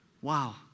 Wow